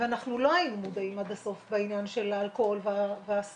ואנחנו לא היינו מודעים עד הסוף בעניין של האלכוהול והסמים,